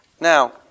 Now